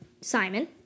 Simon